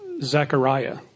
Zechariah